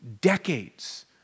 decades